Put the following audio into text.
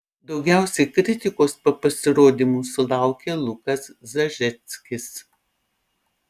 daugiausiai kritikos po pasirodymų sulaukė lukas zažeckis